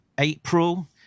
April